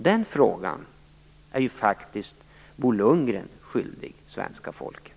Bo Lundgren är faktiskt skyldig svenska folket att svara på den frågan.